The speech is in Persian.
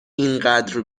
اینقدر